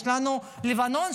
יש לנו את לבנון,